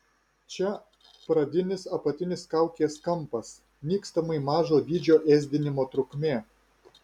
čia pradinis apatinis kaukės kampas nykstamai mažo dydžio ėsdinimo trukmė